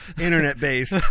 internet-based